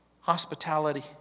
hospitality